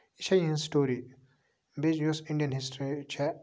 یہِ چھےٚ یِہنٛز سِٹوی بیٚیہِ یُس اِنڈیَن ہِسٹری چھےٚ